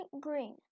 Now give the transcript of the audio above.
green